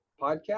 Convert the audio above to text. podcast